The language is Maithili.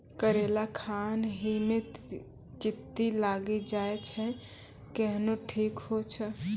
करेला खान ही मे चित्ती लागी जाए छै केहनो ठीक हो छ?